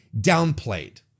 downplayed